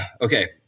okay